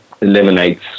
eliminates